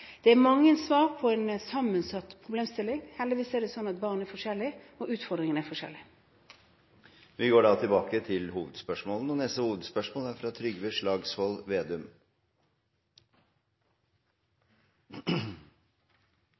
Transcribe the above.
Det er mange svar på en sammensatt problemstilling. Heldigvis er det sånn at barn er forskjellige, og utfordringene er forskjellige. Vi går til neste hovedspørsmål. Noe av den norske suksessen er